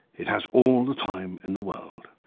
it has all the time in the world.